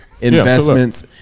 investments